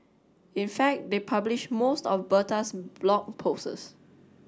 in fact they published most of Bertha's blog posts